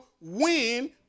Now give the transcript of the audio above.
win